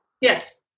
Yes